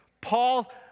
Paul